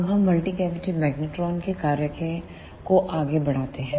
अब हम multi cavity magnetron के कार्य को आगे बढ़ाते हैं